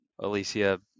Alicia